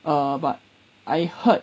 err but I heard